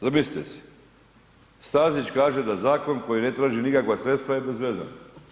Zamislite si, Stazić kaže da zakon koji ne traži nikakva sredstva je bezvezan.